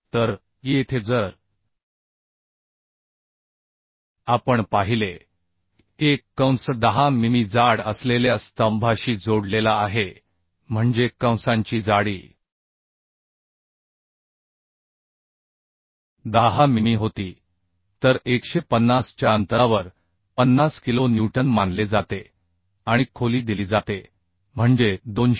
तर येथे जर आपण पाहिले की एक कंस 10 मिमी जाड असलेल्या स्तंभाशी जोडलेला आहे म्हणजे कंसांची जाडी 10 मिमी होती तर 150 च्या अंतरावर 50 किलो न्यूटन मानले जाते आणि खोली दिली जाते म्हणजे 200